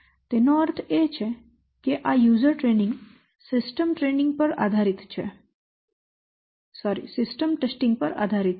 તેથી તેનો અર્થ એ કે આ યુઝર ટ્રેનિંગ સિસ્ટમ ટેસ્ટિંગ પર આધારિત છે